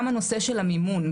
גם הנושא של המימון,